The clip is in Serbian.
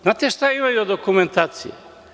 Znate šta imaju od dokumentacije?